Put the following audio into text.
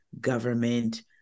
government